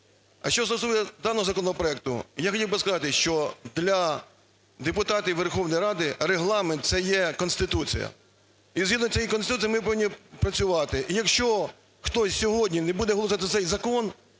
А що стосується даного законопроекту. Я хотів би сказати, що для депутатів Верховної Ради Регламент це є Конституція. І згідно цієї Конституції ми повинні працювати. І, якщо хтось сьогодні не буде голосувати за цей закон,